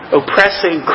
oppressing